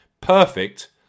Perfect